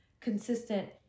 consistent